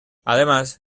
además